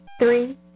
Three